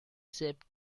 shape